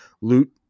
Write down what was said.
loot